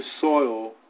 soil